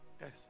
Yes